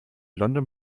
london